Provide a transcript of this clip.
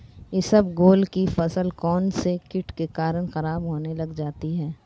इसबगोल की फसल कौनसे कीट के कारण खराब होने लग जाती है?